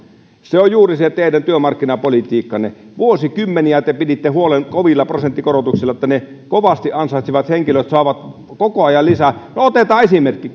se on juuri se teidän työmarkkinapolitiikkaanne vuosikymmeniä te piditte huolen kovilla prosenttikorotuksilla että ne kovasti ansaitsevat henkilöt saavat koko ajan lisää no otetaan esimerkki